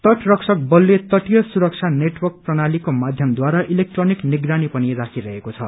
तट रक्षक बलले तटीय सुरक्षा नेटवर्क प्रणालीको माध्यमद्वारा इलेक्ट्रोनिक निगरानी पनि राखिरहेको छ